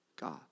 God